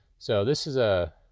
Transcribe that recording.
so this is a